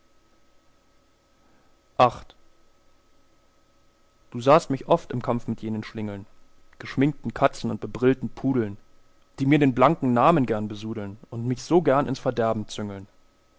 du sahst mich oft im kampf mit jenen schlingeln geschminkten katzen und bebrillten pudeln die mir den blanken namen gern besudeln und mich so gerne ins verderben züngeln